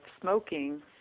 smoking